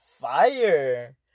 fire